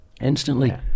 instantly